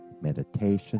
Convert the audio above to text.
meditation